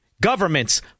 governments